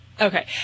Okay